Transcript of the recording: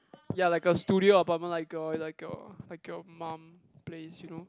ya like a studio apartment like a like a like a mum place you know